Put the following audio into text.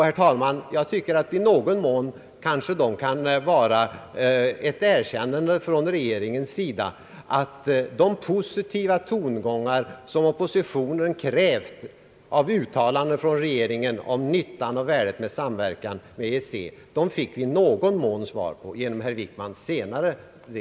a. föreföll det som om de krav oppositionen ställt på positiva tongångar från regeringen i fråga om nyttan och värdet av samverkan med EEC i någon mån fick ett erkännande.